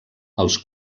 els